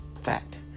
fat